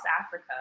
Africa